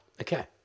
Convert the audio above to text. okay